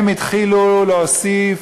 התחילו להוסיף